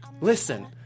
Listen